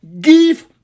give